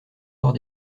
corps